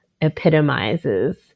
epitomizes